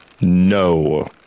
No